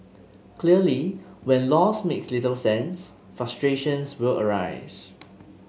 clearly when laws make little sense frustrations will arise